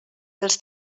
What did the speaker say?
dels